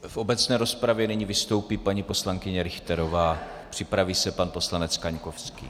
V obecné rozpravě nyní vystoupí paní poslankyně Richterová, připraví se pan poslanec Kaňkovský.